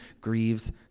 grieves